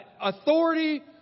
Authority